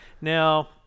Now